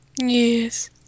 Yes